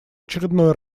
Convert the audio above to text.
очередной